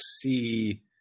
see